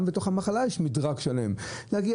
רופא